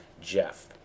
Jeff